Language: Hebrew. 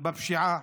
בפשיעה